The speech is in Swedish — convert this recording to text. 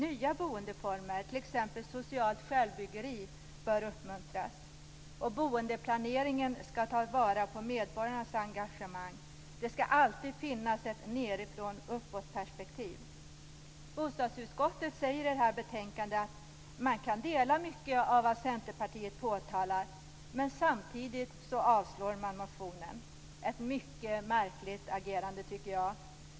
· Nya boendeformer, t.ex. socialt självbyggeri, bör uppmuntras. · Boendeplaneringen skall ta vara på medborgarnas engagemang. · Det skall alltid finnas ett nedifrån-och-uppperspektiv. Bostadsutskottet säger i detta betänkande att man kan dela mycket av vad Centerpartiet påtalar, men samtidigt avstyrker man motionen. Det tycker jag är ett mycket märkligt agerande.